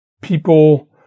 people